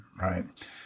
Right